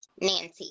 Nancy